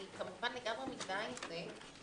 אני כמובן לגמרי מזדהה עם זה,